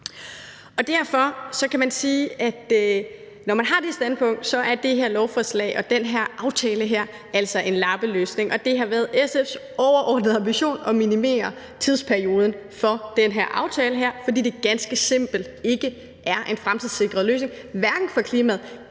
Derfor kan man sige, at når man har det standpunkt, er det her lovforslag og den her aftale altså en lappeløsning. Det har været SF's overordnede ambition at minimere tidsperioden for den her aftale, fordi det ganske simpelt ikke er en fremtidssikret løsning, hverken for klimaet